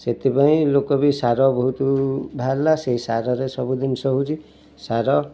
ସେଥିପାଇଁ ଲୋକ ବି ସାର ବହୁତ ବାହାରିଲା ସେହି ସାରରେ ସବୁ ଜିନିଷ ହେଉଛି ସାର